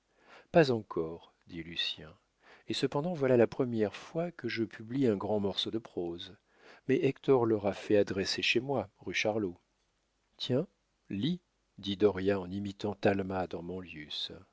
pas encore dit lucien et cependant voilà la première fois que je publie un grand morceau de prose mais hector l'aura fait adresser chez moi rue charlot tiens lis dit dauriat en imitant talma dans manlius